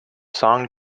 song